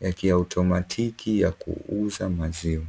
ya kiaoutomatiki ya kuuza maziwa.